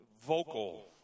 vocal